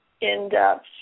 in-depth